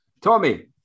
Tommy